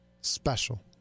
special